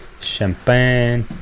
champagne